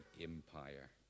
empire